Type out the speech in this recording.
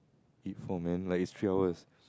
eat for man like it's three hours